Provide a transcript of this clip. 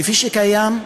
כפי שקיים כיום.